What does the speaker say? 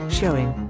showing